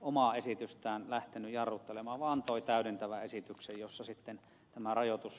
omaa esitystään lähtenyt jarruttelemaan vaan antoi täydentävän esityksen jossa sitten tämä rajoitus tuli voimaan